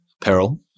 peril